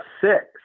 six